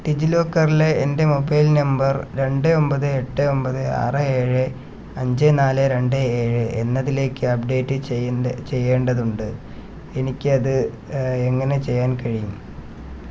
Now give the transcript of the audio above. ഡിജിലോക്കറിലെ എൻ്റെ mobile number രണ്ട് ഒമ്പത് എട്ട് ഒമ്പത് ആറ് ഏഴ് അഞ്ച് നാല് രണ്ട് ഏഴ് എന്നതിലേക്ക് അപ്ഡേറ്റ് ചെയ്യേണ്ടതുണ്ട് എനിക്ക് അത് എങ്ങനെ ചെയ്യാൻ കഴിയും